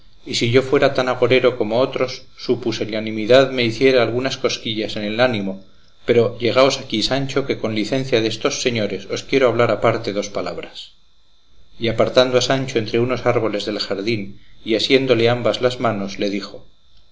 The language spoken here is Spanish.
y si yo fuera tan agorero como otros su pusilanimidad me hiciera algunas cosquillas en el ánimo pero llegaos aquí sancho que con licencia destos señores os quiero hablar aparte dos palabras y apartando a sancho entre unos árboles del jardín y asiéndole ambas las manos le dijo